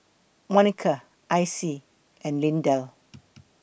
Monica Icy and Lindell